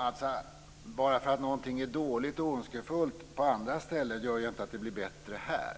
Fru talman! Att något som är dåligt och ondskefullt finns på andra ställen gör ju inte att det blir bättre här.